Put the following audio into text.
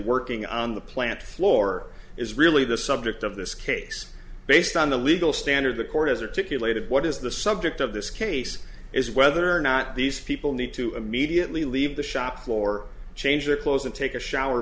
working on the plant floor is really the subject of this case based on the legal standard the court has or ticket lated what is the subject of this case is whether or not these people need to immediately leave the shop floor change their clothes and take a shower